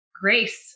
grace